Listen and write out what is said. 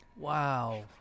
Wow